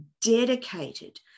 dedicated